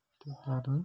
తిన్నాను